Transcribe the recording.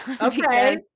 Okay